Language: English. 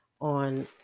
on